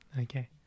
Okay